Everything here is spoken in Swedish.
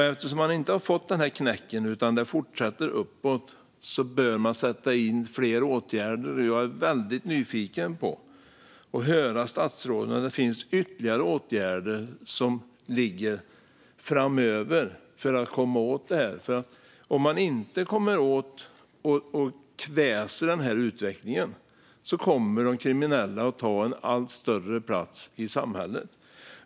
Eftersom man inte har fått den här knäcken utan kurvan fortsätter uppåt bör man sätta in fler åtgärder. Jag är väldigt nyfiken på att höra från statsrådet om det finns ytterligare åtgärder som ligger framöver för att komma åt detta. Om man inte kommer åt och kväser den här utvecklingen kommer de kriminella att ta en allt större plats i samhället.